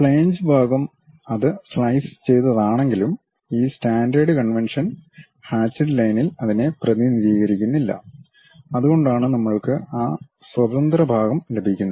flange ഭാഗം അത് slice ചെയ്തതാണെങ്കിലും ഈ സ്റ്റാൻഡേർഡ് കൺവെൻഷൻ ഹാചിഡ് ലൈനിൽ അതിനെ പ്രതിനിധീകരിക്കുന്നില്ല അതുകൊണ്ടാണ് നമ്മൾക്ക് ആ സ്വതന്ത്ര ഭാഗം ലഭിക്കുന്നത്